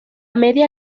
media